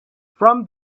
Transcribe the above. from